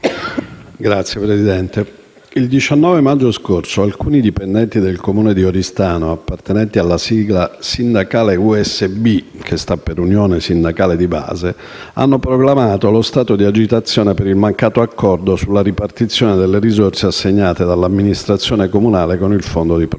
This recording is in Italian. Signora Presidente, il 19 maggio scorso alcuni dipendenti del Comune di Oristano, appartenenti alla sigla sindacale USB (Unione sindacale di base) hanno proclamato lo stato di agitazione per il mancato accordo sulla ripartizione delle risorse assegnate dall'amministrazione comunale con il fondo di produttività.